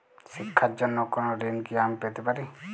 শিক্ষার জন্য কোনো ঋণ কি আমি পেতে পারি?